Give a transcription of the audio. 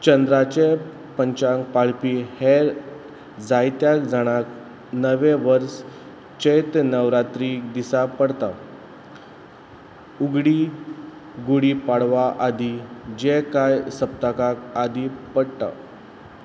चंद्राचे पंचांग पाळपी हेर जायत्या जाणांक नवें वर्स चैत्र नवरात्री दिसा पडटा उगडी गुडी पाडवा आदी जे कांय सप्तकां आदी पडटा